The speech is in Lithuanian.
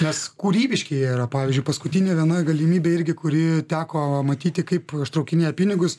nes kūrybiškieji yra pavyzdžiui paskutinė viena galimybė irgi kuri teko matyti kaip ištraukinėja pinigus